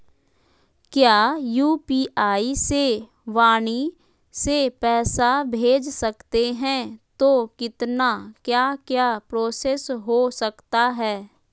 क्या यू.पी.आई से वाणी से पैसा भेज सकते हैं तो कितना क्या क्या प्रोसेस हो सकता है?